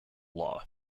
law